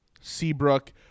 Seabrook